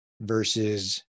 versus